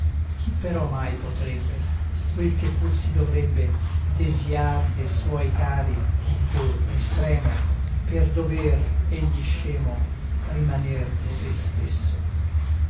chi però mai potrebbe quel che pur si dovrebbe desiar de suoi cari il giorno estremo per dover egli scemo rimaner di se stesso